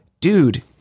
Dude